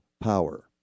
power